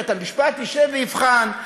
בית-המשפט ישב ויבחן,